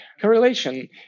correlation